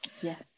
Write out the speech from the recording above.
yes